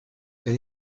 est